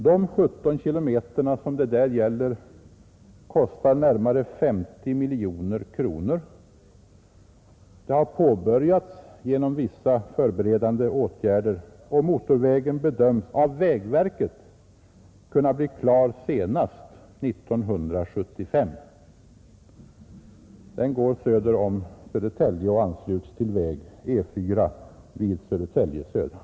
De 17 kilometer som det där gäller kostar närmare 50 miljoner kronor. Arbetet har påbörjats genom vissa förberedande åtgärder och motorvägen bedöms av vägverket kunna bli klar senast 1975. Den går söder om Södertälje och ansluts till väg E 4 vid Södertälje södra.